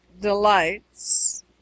delights